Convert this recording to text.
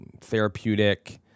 therapeutic